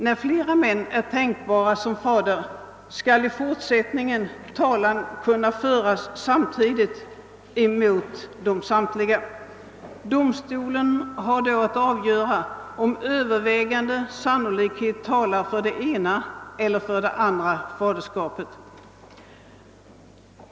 När fler män kan komma i fråga som fader till barnet, skall i fortsättningen talan kunna föras samtidigt mot samtliga. Domstolen har då att avgöra om övervägande sannolikhet talar för det ena eller andra faderskapet.